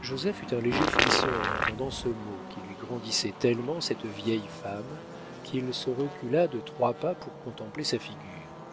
joseph eut un léger frisson en entendant ce mot qui lui grandissait tellement cette vieille femme qu'il se recula de trois pas pour contempler sa figure